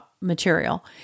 material